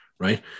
right